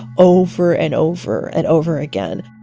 over and over and over again